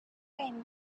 gain